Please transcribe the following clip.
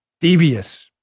Devious